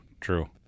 true